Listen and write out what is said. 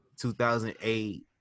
2008